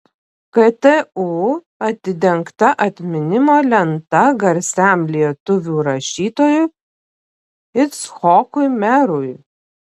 ktu atidengta atminimo lenta garsiam lietuvių rašytojui icchokui merui